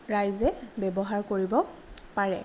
ৰাইজে ব্যৱহাৰ কৰিব পাৰে